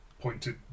pointed